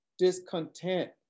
discontent